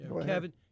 Kevin